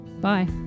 Bye